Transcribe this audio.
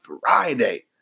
Friday